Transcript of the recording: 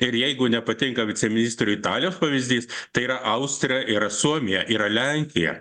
ir jeigu nepatinka viceministrei italijos pavyzdys tai yra austrija yra suomija yra lenkija